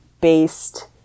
based